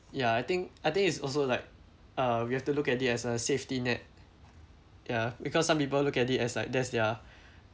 ya I think I think it's also like uh we have to look at it as a safety net ya because some people look at it as like that's their